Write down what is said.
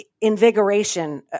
Invigoration